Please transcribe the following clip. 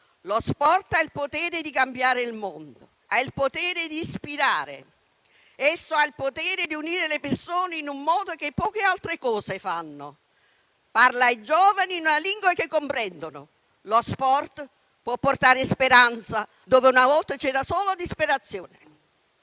lo sport ha il potere di cambiare il mondo. Ha il potere di ispirare, di unire le persone come poche altre cose riescono a fare. Parla ai giovani una lingua che comprendono. Lo sport può portare speranza dove una volta c'era solo disperazione.